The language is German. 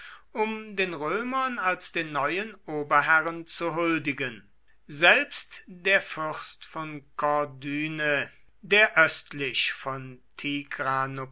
um den römern als den neuen oberherren zu huldigen selbst der fürst von corduene der östlich von